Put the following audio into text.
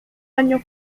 año